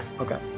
Okay